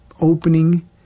opening